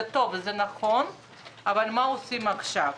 זה טוב ונכון אבל מה עושים עכשיו?